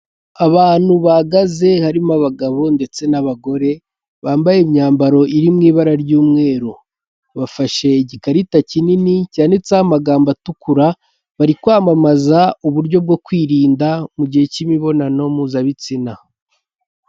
Abantu bahagaze harimo abagabo ndetse n'abagore, bambaye imyambaro iri mu ibara ry'umweru, bafashe igikarita kinini cyanditseho amagambo atukura, bari kwamamaza uburyo bwo kwirinda mu gihe cy'imibonano mpuzabitsina.